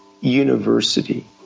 university